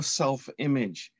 self-image